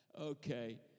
Okay